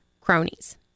cronies